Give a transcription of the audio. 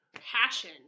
Passion